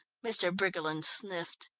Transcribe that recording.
mr. briggerland sniffed.